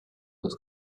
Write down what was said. with